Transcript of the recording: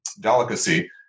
delicacy